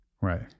Right